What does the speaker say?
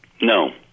No